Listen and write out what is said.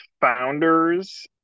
founders